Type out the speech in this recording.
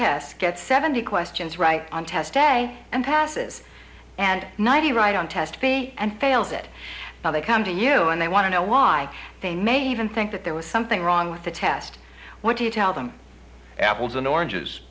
tests gets seventy questions right on test day and passes and ninety right on test b and fails it now they come to you and they want to know why they may even think that there was something wrong with the test what do you tell them apples and oranges